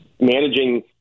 managing